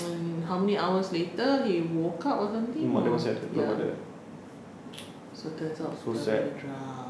when how many hours later he woke up or something ya so that's how he found out that she drowned